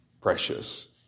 precious